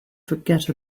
forget